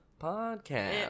podcast